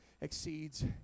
exceeds